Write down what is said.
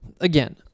Again